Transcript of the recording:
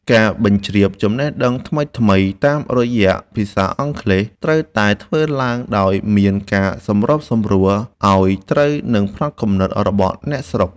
ការបញ្ជ្រាបចំណេះដឹងថ្មីៗតាមរយៈភាសាអង់គ្លេសត្រូវតែធ្វើឡើងដោយមានការសម្របសម្រួលឱ្យត្រូវនឹងផ្នត់គំនិតរបស់អ្នកស្រុក។